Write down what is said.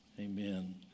Amen